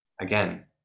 Again